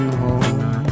home